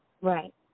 Right